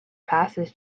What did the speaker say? passes